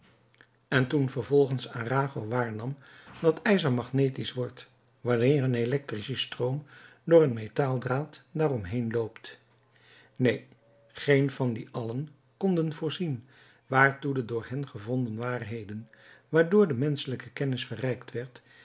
en toen vervolgens arago waarnam dat ijzer magnetisch wordt wanneer een elektrische stroom door een metaaldraad daarom heen loopt neen geen van die allen konden voorzien waartoe de door hen gevonden waarheden waardoor de menschelijke kennis verrijkt werd